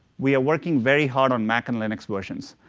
we are working very hard on mac and linux versions.